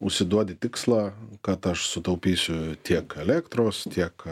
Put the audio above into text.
užsiduodi tikslą kad aš sutaupysiu tiek elektros tiek